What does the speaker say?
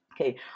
Okay